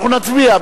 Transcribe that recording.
אנחנו נצביע,